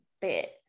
bit